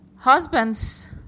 husband's